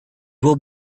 will